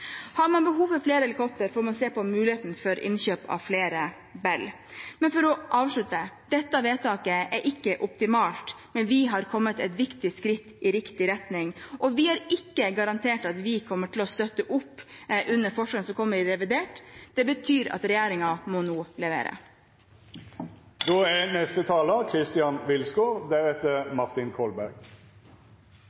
Har man behov for flere helikoptre, får man se på muligheten for innkjøp av flere Bell-helikoptre. For å avslutte: Dette vedtaket er ikke optimalt, men vi har kommet et viktig skritt i riktig retning. Vi har ikke garantert at vi kommer til å støtte opp om forslaget som kommer i revidert. Det betyr at regjeringen nå må levere.